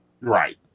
Right